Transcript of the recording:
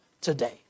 today